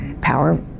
Power